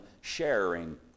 sharing